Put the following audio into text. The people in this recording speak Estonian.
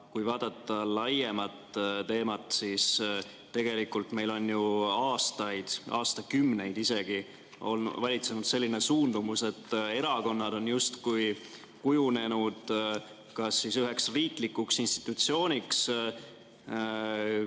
kui vaadata laiemat teemat, siis tegelikult meil on ju aastaid, aastakümneid isegi valitsenud selline suundumus, et erakonnad on justkui kujunenud kas üheks riiklikuks institutsiooniks